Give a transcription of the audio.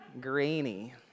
Grainy